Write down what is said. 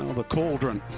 the cauldron,